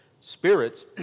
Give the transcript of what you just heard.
spirits